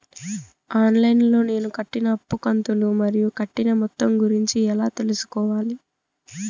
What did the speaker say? On line లో నేను కట్టిన అప్పు కంతులు మరియు కట్టిన మొత్తం గురించి ఎలా తెలుసుకోవాలి?